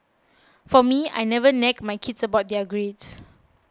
for me I never nag my kids about their grades